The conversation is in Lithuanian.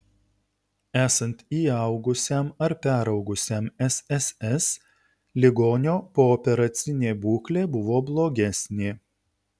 esant įaugusiam ar peraugusiam sss ligonio pooperacinė būklė buvo blogesnė